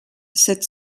sept